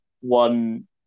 one